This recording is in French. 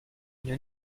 une